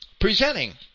Presenting